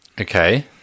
Okay